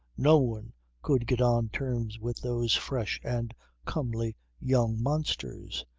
no one could get on terms with those fresh and comely young monsters!